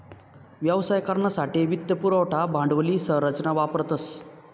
व्यवसाय करानासाठे वित्त पुरवठा भांडवली संरचना वापरतस